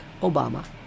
Obama